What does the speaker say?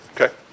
okay